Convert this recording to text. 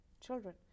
children